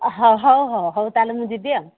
ହ ହଉ ହଉ ହଉ ତାହେଲେ ମୁଁ ଯିବି ଆଉ